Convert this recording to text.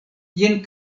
jen